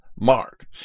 Mark